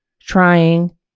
trying